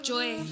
Joy